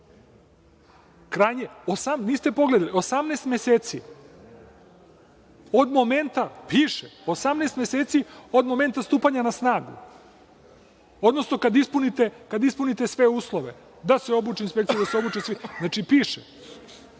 Niste pogledali, 18 meseci od momenta, piše, 18 meseci od momenta stupanja na snagu, odnosno kad ispunite sve uslove, da se obuči inspekcija, da se obuče svi. Znači,